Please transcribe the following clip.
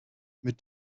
mit